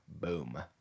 Boom